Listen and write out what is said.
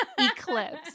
Eclipse